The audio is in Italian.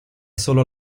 solo